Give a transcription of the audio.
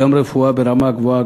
גם רפואה ברמה גבוהה,